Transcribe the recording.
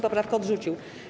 poprawkę odrzucił.